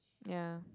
yeah